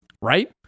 right